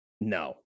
No